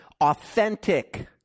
Authentic